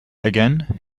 again